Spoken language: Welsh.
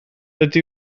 rydw